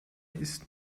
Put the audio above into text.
ist